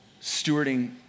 stewarding